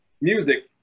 music